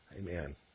Amen